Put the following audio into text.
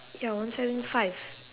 ya one seven five